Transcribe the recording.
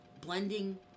blending